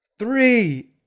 three